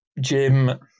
Jim